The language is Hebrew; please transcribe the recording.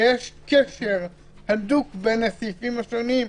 ויש קשר הדוק בין הסעיפים השונים,